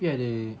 tapi ada